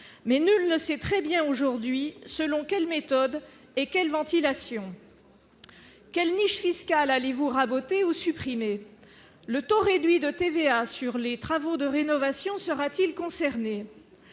mais nul ne sait très bien aujourd'hui selon quelle méthode et quels ventilation quelles niches fiscales allez-vous rabotez ou supprimer le taux réduit de TVA sur les travaux de rénovation sera-t-il concerné,